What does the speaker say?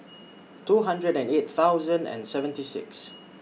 two hundred and eight thousand and seventy six